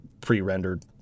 pre-rendered